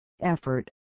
effort